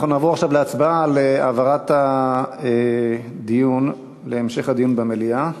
אנחנו נעבור עכשיו להצבעה על העברת הנושא להמשך הדיון במליאה.